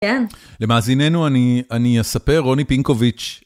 למאזיננו אני אספר, רוני פינקוביץ'.